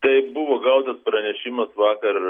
taip buvo gautas pranešimas vakar